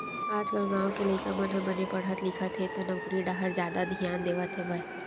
आजकाल गाँव के लइका मन ह बने पड़हत लिखत हे त नउकरी डाहर जादा धियान देवत हवय